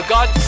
God